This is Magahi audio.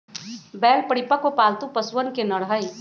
बैल परिपक्व, पालतू पशुअन के नर हई